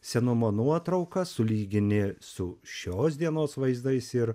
senumo nuotraukas sulygini su šios dienos vaizdais ir